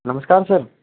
नमस्कार सर